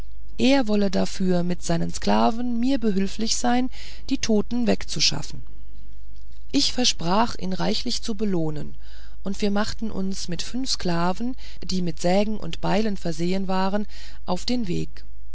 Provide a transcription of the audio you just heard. er wolle dafür mit seinen sklaven mir behülflich sein die toten wegzuschaffen ich versprach ihn reichlich zu belohnen und wir machten uns mit fünf sklaven die mit sägen und beilen versehen waren auf den weg